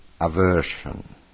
aversion